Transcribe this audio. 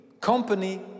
company